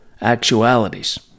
actualities